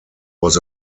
was